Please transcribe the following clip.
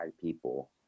people